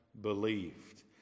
believed